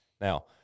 Now